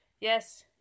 yes